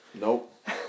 Nope